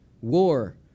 war